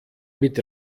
mit